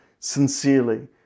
sincerely